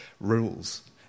rules